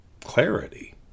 clarity